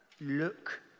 look